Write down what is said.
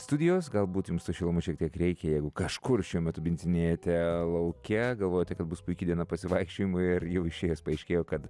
studijos galbūt jums tos šilumos šiek kiek reikia jeigu kažkur šiuo metu bindzinėjate lauke galvojote kad bus puiki diena pasivaikščiojimui ir jau išėjus paaiškėjo kad